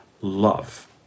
love